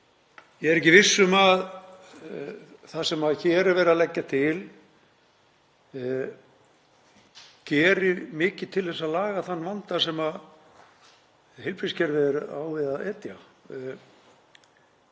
ég er ekki viss um að það sem hér er verið að leggja til geri mikið til að laga þann vanda sem heilbrigðiskerfið á við að etja.